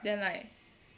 then like